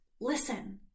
listen